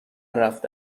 رفته